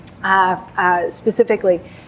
Specifically